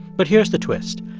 but here's the twist.